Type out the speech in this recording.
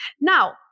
Now